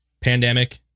pandemic